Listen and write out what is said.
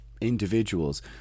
individuals